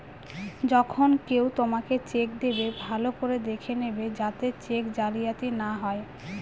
যখন কেউ তোমাকে চেক দেবে, ভালো করে দেখে নেবে যাতে চেক জালিয়াতি না হয়